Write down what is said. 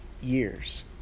years